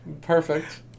perfect